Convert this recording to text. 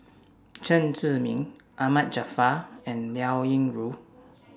Chen Zhiming Ahmad Jaafar and Liao Yingru